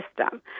system